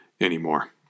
anymore